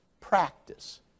practice